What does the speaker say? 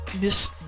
Miss